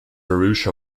arusha